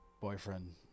boyfriend